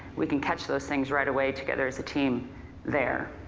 we can catch those things right away together as a team there.